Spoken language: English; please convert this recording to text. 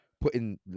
Putting